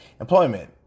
employment